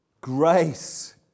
grace